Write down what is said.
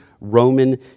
Roman